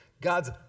God's